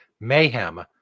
mayhem